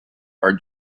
our